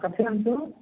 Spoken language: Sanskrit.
कथयन्तु